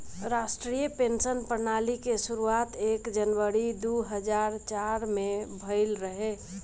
राष्ट्रीय पेंशन प्रणाली के शुरुआत एक जनवरी दू हज़ार चार में भईल रहे